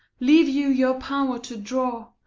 leave you your power to draw,